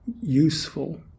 useful